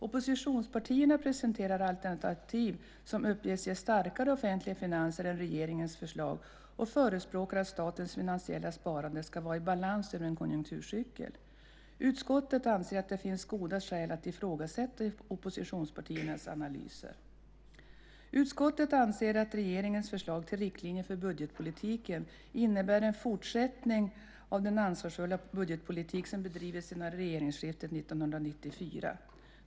Oppositionspartierna presenterar alternativ som uppges ge starkare offentliga finanser än regeringens förslag och förespråkar att statens finansiella sparande ska vara i balans över en konjunkturcykel. Utskottet anser att det finns goda skäl att ifrågasätta oppositionspartiernas analyser. Utskottet anser att regeringens förslag till riktlinjer för budgetpolitiken innebär en fortsättning på den ansvarsfulla budgetpolitik som bedrivits sedan regeringsskiftet 1994.